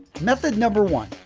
method number one.